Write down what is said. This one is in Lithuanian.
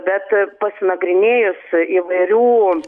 bet pasinagrinėjus įvairių